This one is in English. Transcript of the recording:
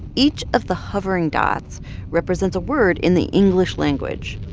each of the hovering dots represents a word in the english language.